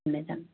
ꯊꯝꯃꯦ ꯊꯝꯃꯦ